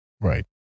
Right